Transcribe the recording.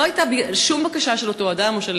לא הייתה שום בקשה של אותו אדם או של